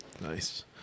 Nice